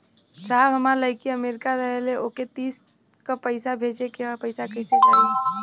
साहब हमार लईकी अमेरिका रहेले ओके तीज क पैसा भेजे के ह पैसा कईसे जाई?